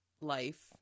life